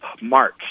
March